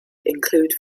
include